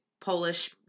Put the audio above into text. Polish